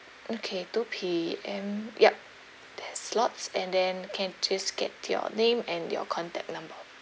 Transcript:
okay two P_M yup there's slots and then can just get your name and your contact number